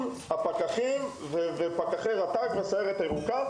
זאת בגלוי מול פקחי רט״ג ו- ׳הסיירת הירוקה׳,